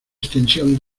extensión